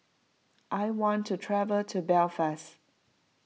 I want to travel to Belfast